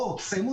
תסיימו